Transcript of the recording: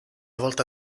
volta